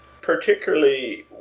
Particularly